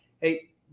Hey